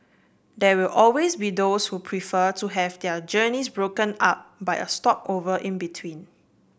there will always be those who prefer to have their journeys broken up by a stopover in between